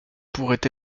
pourrait